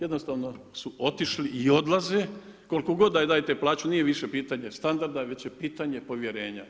Jednostavno su otišli i odlaze koliko god da im dajete plaću nije više pitanje standarda, već je pitanje povjerenja.